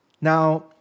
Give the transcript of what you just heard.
Now